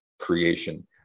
creation